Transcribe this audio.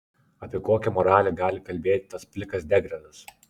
apie kokią moralę gali kalbėti tas plikas degradas